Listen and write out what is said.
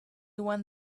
one